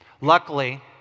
Luckily